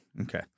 Okay